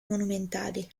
monumentali